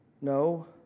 no